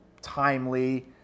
timely